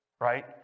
right